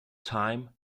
time